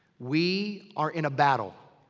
we are in a battle.